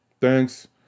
Thanks